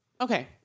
Okay